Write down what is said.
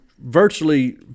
virtually –